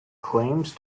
claimed